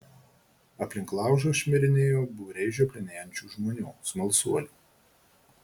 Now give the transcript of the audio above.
aplink laužą šmirinėjo būriai žioplinėjančių žmonių smalsuolių